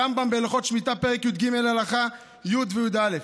הרמב"ם, בהלכות שמיטה, פרק י"ג הלכות, י' וי"א: